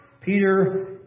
Peter